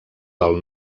del